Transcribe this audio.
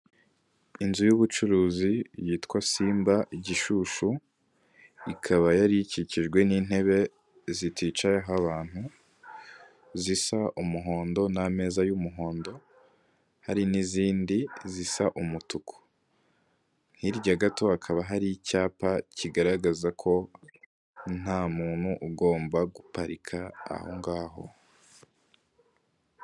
Inzu y'ubucuruzi yitwa simba i Gishushu, ikaba yari ikikijwe n'intebe ziticayeho abantu zisa umuhondo n'ameza y'umuhondo hari n'izindi zisa umutuku. Hirya gato hakaba hari icyapa kigaragaza ko nta muntu ugomba guparika aho ngaho.